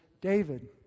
David